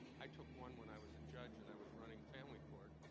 i took one when i was a judge and i was running family court.